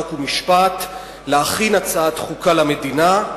חוק ומשפט להכין הצעת חוקה למדינה,